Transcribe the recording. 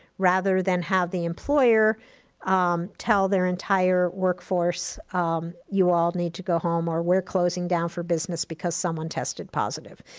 rather than have the employer um tell their entire workforce you all need to go home or we're closing down for business because someone tested positive.